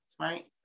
right